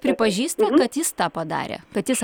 pripažįsta kad jis tą padarė kad jis